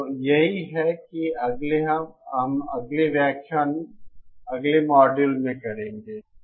तो यही है कि हम अगले व्याख्यान अगले मॉड्यूल में करेंगे